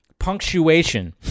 punctuation